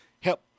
help